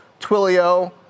Twilio